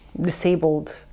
disabled